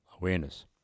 awareness